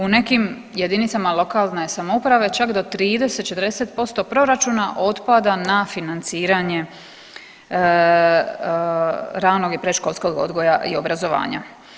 U nekim jedinicama lokalne samouprave čak do 30, 40% proračuna otpada na financiranje ranog i predškolskog odgoja i obrazovanja.